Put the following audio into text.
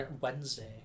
Wednesday